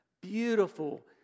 beautiful